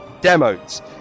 demos